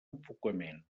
enfocament